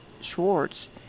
Schwartz